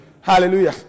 Hallelujah